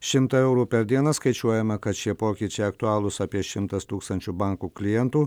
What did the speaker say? šimtą eurų per dieną skaičiuojama kad šie pokyčiai aktualūs apie šimtas tūkstančių bankų klientų